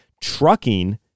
trucking